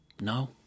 No